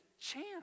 chance